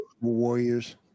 Warriors